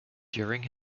during